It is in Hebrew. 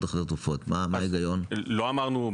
-- אדוני היושב-ראש,